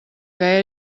que